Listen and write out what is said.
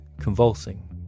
convulsing